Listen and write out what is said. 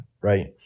right